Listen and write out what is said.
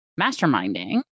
masterminding